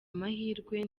amahirwe